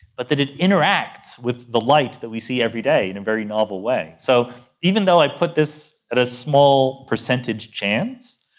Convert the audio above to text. but that it interacts with the light that we see every day and in a very novel way. so even though i put this at a small percentage chance,